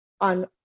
on